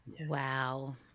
wow